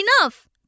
enough